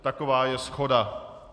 Taková je shoda.